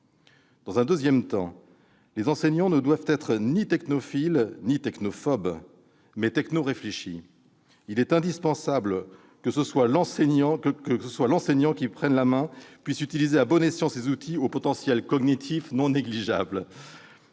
Dans un deuxième temps, les enseignants ne doivent être ni technophiles ni technophobes, mais « technoréfléchis ». Il est indispensable que l'enseignant prenne la main et puisse utiliser à bon escient ces outils au potentiel cognitif non négligeable.